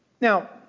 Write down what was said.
Now